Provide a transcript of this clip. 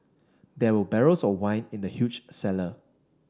there were barrels of wine in the huge cellar